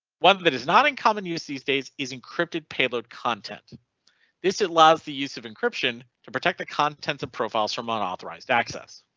one that is not in common use these days is encrypted payload content this allows the use of encryption to protect the contents of profiles from ah unauthorized access.